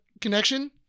connection